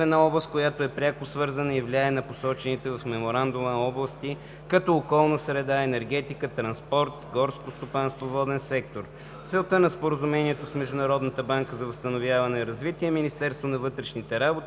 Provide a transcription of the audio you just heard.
област, която е пряко свързана и влияе на посочените в Меморандума области, като околна среда, транспорт, енергетика, селско стопанство, горско стопанство, воден сектор. Целта на Споразумението с Международната банка за възстановяване и развитие е Министерството на вътрешните работи